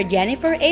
Jennifer